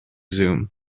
zoom